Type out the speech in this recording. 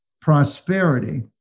prosperity